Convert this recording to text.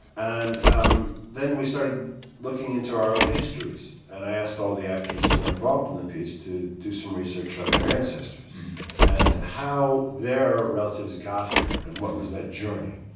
and um then we started looking into our own histories. and i asked all the actors that were involved in the piece to do some research on their ancestors and how their relatives got here and what was that journey.